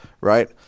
right